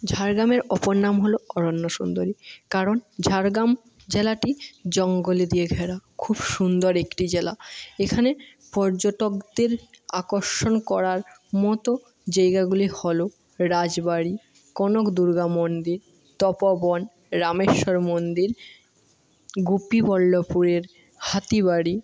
ঝাড়গ্রামের অপর নাম হলো অরণ্য সুন্দরী কারণ ঝাড়গ্রাম জেলাটি জঙ্গল দিয়ে ঘেরা খুব সুন্দর একটি জেলা এখানে পর্যটকদের আকর্ষণ করার মতো জায়গাগুলি হলো রাজবাড়ি কনকদুর্গা মন্দির তপোবন রামেশ্বর মন্দির গোপীবল্লভপুরের হাতিবাড়ি